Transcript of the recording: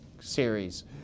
series